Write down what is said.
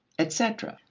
etc.